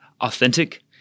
authentic